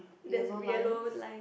there's yellow line